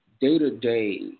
day-to-day